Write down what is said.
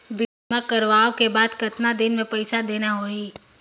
बीमा करवाओ के बाद कतना दिन मे पइसा देना हो ही?